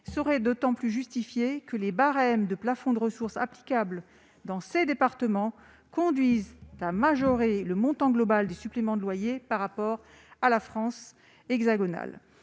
serait d'autant plus justifiée que les barèmes de plafonds de ressources applicables dans les départements concernés conduisent à majorer le montant global de ce supplément par rapport à la France hexagonale.